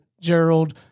Gerald